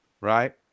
right